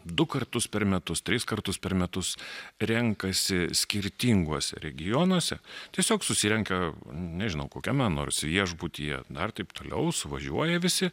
du kartus per metus tris kartus per metus renkasi skirtinguose regionuose tiesiog susirenka nežinau kokiame nors viešbutyje na ir taip toliau suvažiuoja visi